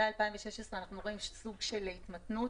מ-2016 אנחנו רואים סוג של התמתנות.